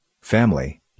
Family